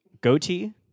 goatee